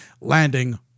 landing